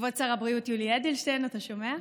כבוד שר הבריאות יולי אדלשטיין, אתה שומע?